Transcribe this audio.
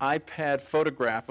i pad photograph